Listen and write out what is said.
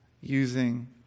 using